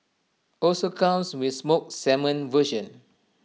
also comes with smoked salmon version